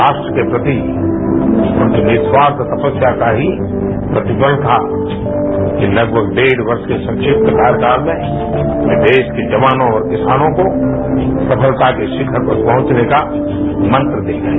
राष्ट्र के प्रति उनके निरूस्वार्थ तपस्या का ही प्रतिफल था कि लगभग डेढ वर्ष के संक्षिप्त कार्यकाल में वे देश के जवानों और किसानों को सफलता के शिखर पर पहुंचने का मंत्र दे गए